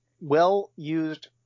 well-used